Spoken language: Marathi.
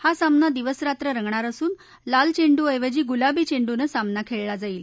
हा सामना दिवस रात्र रंगणार असुन लाल चेंड्ऐवजी गुलाबी चेंड्नं सामना खेळला जाईल